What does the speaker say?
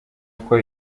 uko